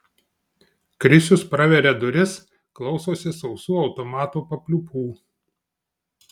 krisius praveria duris klausosi sausų automato papliūpų